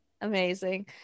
Amazing